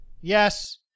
Yes